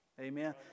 amen